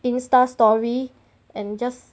insta story and just